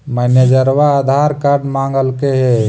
मैनेजरवा आधार कार्ड मगलके हे?